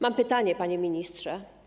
Mam pytania, panie ministrze.